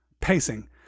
Pacing